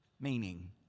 Meaning